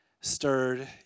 stirred